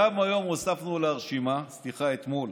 היום גם הוספנו לרשימה, סליחה, אתמול,